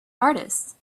artist